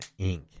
Inc